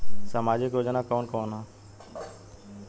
सामाजिक योजना कवन कवन ह?